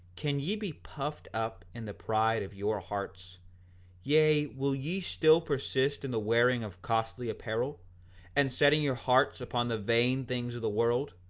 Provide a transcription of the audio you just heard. can ye be puffed up in the pride of your hearts yea, will ye still persist in the wearing of costly apparel and setting your hearts upon the vain things of the world,